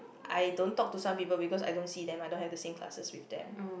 I don't talk to some people because I don't see them I don't have the same classes with them